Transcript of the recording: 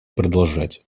продолжать